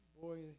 boy